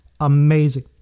amazing